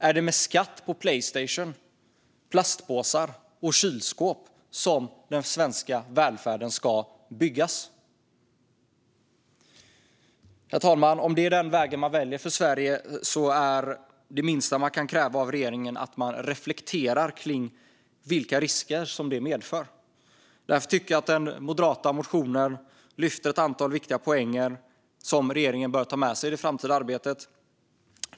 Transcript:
Är det med skatt på Playstation, plastpåsar och kylskåp som den svenska välfärden ska byggas? Herr ålderspresident! Om det är den vägen regeringen väljer för Sverige är det minsta vi kan kräva att regeringen reflekterar över vilka risker som det medför. Den moderata motionen lyfter ett antal viktiga poänger som regeringen bör ta med sig i det framtida arbetet.